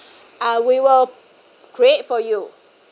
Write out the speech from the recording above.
uh we will create for you